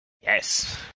Yes